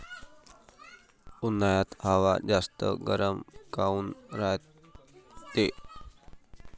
उन्हाळ्यात हवा जास्त गरम काऊन रायते?